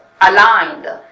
aligned